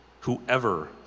whoever